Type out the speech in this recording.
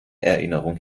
erinnerung